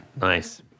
Nice